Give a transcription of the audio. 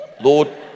Lord